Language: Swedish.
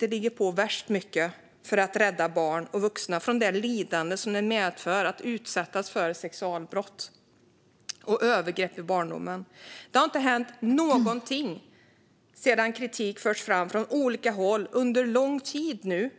ligger på så värst mycket för att rädda barn och vuxna från det lidande som det medför att utsättas för sexualbrott och övergrepp i barndomen. Det har inte hänt någonting, trots att kritik förts fram från olika håll under lång tid.